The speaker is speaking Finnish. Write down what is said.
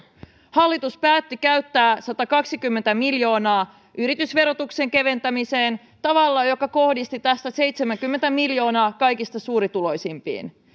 hallitus päätti käyttää satakaksikymmentä miljoonaa yritysverotuksen keventämiseen tavalla joka kohdisti tästä seitsemänkymmentä miljoonaa kaikista suurituloisimpiin